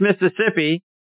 Mississippi